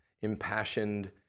impassioned